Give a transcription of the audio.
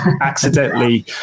accidentally